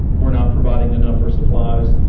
we're not providing enough or supplies,